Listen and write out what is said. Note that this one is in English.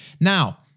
now